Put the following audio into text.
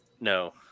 No